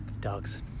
Dogs